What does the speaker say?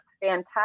fantastic